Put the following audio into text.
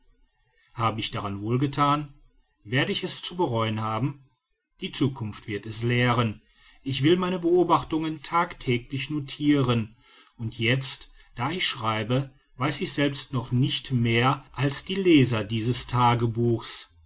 habe ich daran wohl gethan werde ich es zu bereuen haben die zukunft wird es lehren ich will meine beobachtungen tagtäglich notiren und jetzt da ich schreibe weiß ich selbst noch nicht mehr als die leser dieses tagebuchs